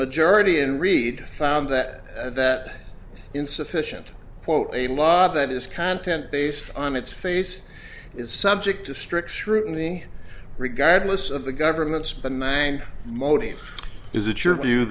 majority in read found that that insufficient quote a law that is content based on its face is subject to strict scrutiny regardless of the government's but nine motif is it your view